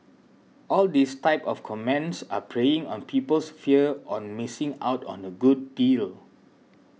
all these type of comments are preying on people's fear on missing out on a good deal